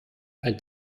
ein